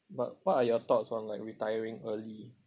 but what are your thoughts on like retiring early